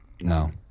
No